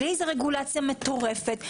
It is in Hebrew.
בלי איזו רגולציה מטורפת,